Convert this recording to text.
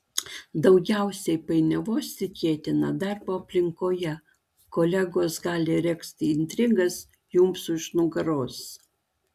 daugiausiai painiavos tikėtina darbo aplinkoje kolegos gali regzti intrigas jums už nugaros